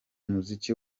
muziki